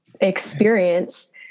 experience